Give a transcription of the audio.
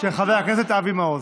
של חבר הכנסת אבי מעוז.